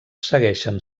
segueixen